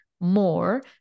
More